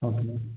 okay